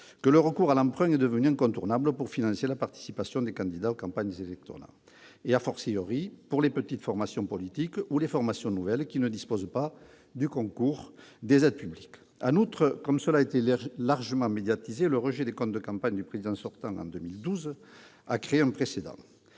que le recours à l'emprunt est devenu incontournable pour financer la participation de candidats aux campagnes électorales, pour les petites formations politiques ou pour les formations nouvelles qui ne disposent pas du concours des aides publiques. En outre, comme cela a été largement médiatisé, le rejet des comptes de campagne du président sortant en 2012 a créé un précédent